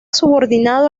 subordinado